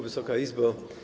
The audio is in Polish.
Wysoka Izbo!